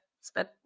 spent